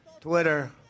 Twitter